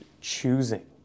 choosing